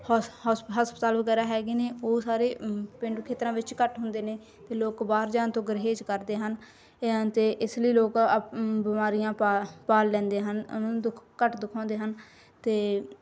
ਹਸਪਤਾਲ ਵਗੈਰਾ ਹੈਗੇ ਨੇ ਉਹ ਸਾਰੇ ਪੇਂਡੂ ਖੇਤਰਾਂ ਵਿੱਚ ਘੱਟ ਹੁੰਦੇ ਨੇ ਅਤੇ ਲੋਕ ਬਾਹਰ ਜਾਣ ਤੋਂ ਗੁਰਹੇਜ਼ ਕਰਦੇ ਹਨ ਅਤੇ ਇਸ ਲਈ ਲੋਕ ਬਿਮਾਰੀਆਂ ਪਾ ਪਾਲ ਲੈਂਦੇ ਹਨ ਉਹਨਾਂ ਨੂੰ ਦੁੱਖ ਘੱਟ ਦੁੱਖ ਆਉਂਦੇ ਹਨ ਅਤੇ